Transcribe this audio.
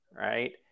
Right